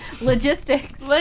logistics